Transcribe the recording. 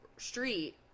street